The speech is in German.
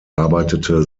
arbeitete